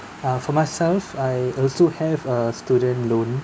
uh for myself I also have a student loan